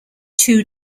two